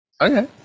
Okay